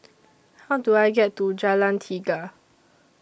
How Do I get to Jalan Tiga